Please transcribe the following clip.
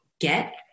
get